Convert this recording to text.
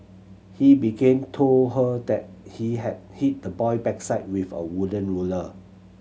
he began told her that he had hit the boy backside with a wooden ruler